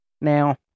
now